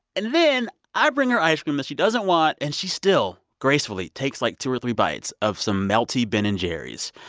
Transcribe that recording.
and then i bring her ice cream that she doesn't want, and she still gracefully takes, like, two or three bites of some melty ben and jerry's.